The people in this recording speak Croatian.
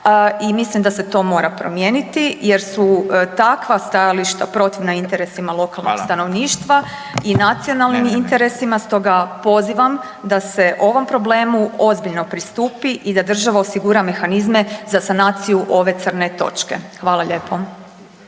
mislim da se to mora promijeniti jer su takva stajališta protivna interesima lokalnog stanovništva …/Upadica Radin: Hvala./… i nacionalnim interesima stoga pozivam da se ovom problemu ozbiljno pristupi i da država osigura mehanizme za sanaciju ove crne točke. …/Upadica